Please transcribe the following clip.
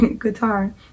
guitar